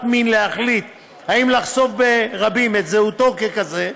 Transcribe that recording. מין להחליט אם לחשוף ברבים את זהותו ככזה,